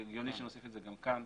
זה הגיוני שנוסיף את זה גם כאן